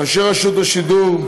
לאנשי רשות השידור,